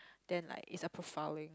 then like it's a profiling